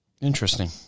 Interesting